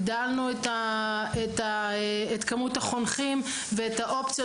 הגדלנו את כמות החונכים ואת האופציות